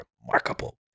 remarkable